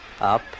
up